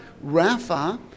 Rafa